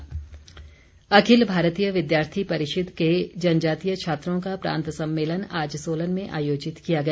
बिक्रम सिंह अखिल भारतीय विद्यार्थी परिषद के जनजातीय छात्रों का प्रांत सम्मेलन आज सोलन में आयोजित किया गया